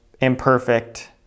imperfect